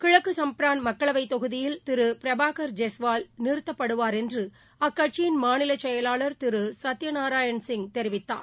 கிழக்குசம்ப்பரான் மக்களவைதொகுதியில் திருபிரபாகர் ஜெஸ்வால் நிறுத்தப்படுவார் என்றுஅக்கட்சியின் மாநிலசெயலாளர் திருதத்தியநாராயணன் சிங் தெரிவித்தார்